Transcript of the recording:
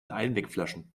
einwegflaschen